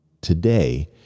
today